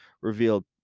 revealed